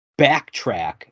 backtrack